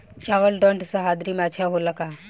चावल ठंढ सह्याद्री में अच्छा होला का?